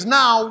now